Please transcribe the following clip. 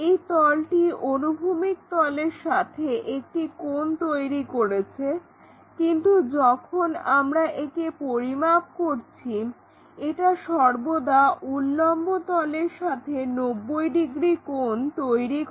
এই তলটি অনুভূমিক তলের সাথে একটি কোণ তৈরি করেছে কিন্তু যখন আমরা একে পরিমাপ করছি এটা সর্বদা উল্লম্ব তলের সাথে 90 ডিগ্রী কোণ তৈরি করে